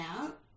out